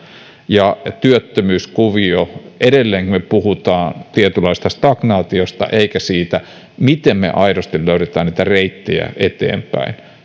ja työttömyyskuvioon liittyen edelleenkin me puhumme tietynlaisesta stagnaatiosta emmekä siitä miten me aidosti löydämme reittejä eteenpäin